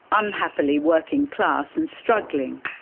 unhappily working class and struggling.